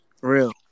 Real